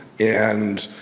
and